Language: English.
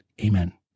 Amen